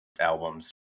albums